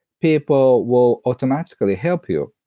people will automatically help you.